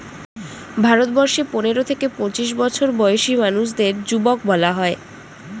ভারতবর্ষে পনেরো থেকে পঁচিশ বছর বয়সী মানুষদের যুবক বলা হয়